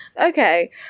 okay